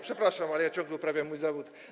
Przepraszam, ale ciągle uprawiam mój zawód.